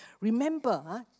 Remember